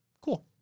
Cool